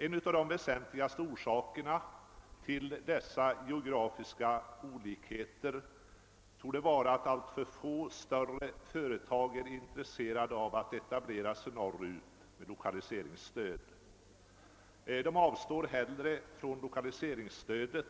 En av de väsentligaste orsakerna till dessa geografiska olikheter torde vara att alltför få större företag är intresserade av att etablera sig norrut med lokaliseringsstöd. De avstår hellre från l1okaliseringsstödet